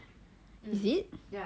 mm